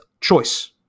choice